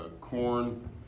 corn